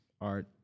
art